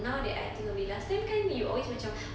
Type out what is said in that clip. now that I think of it last time kan we always macam